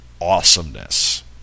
awesomeness